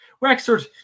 Wexford